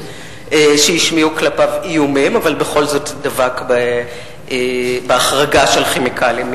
שהשמיעו כלפיו איומים אבל בכל זאת דבק בהחרגה של "כימיקלים"